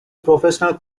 professional